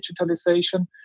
digitalization